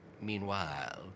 Meanwhile